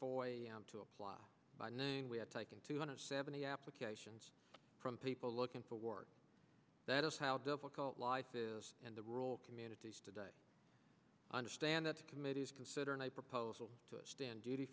plant to apply by noon we have taken two hundred seventy applications from people looking for work that is how difficult life is in the rural communities today understand that a committee is considering a proposal to stand duty